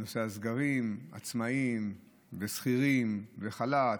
בנושא הסגרים, עצמאים, שכירים, חל"ת,